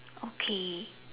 okay